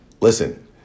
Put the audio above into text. listen